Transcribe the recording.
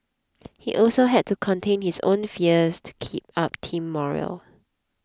he also had to contain his own fears to keep up team morale